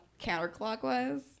counterclockwise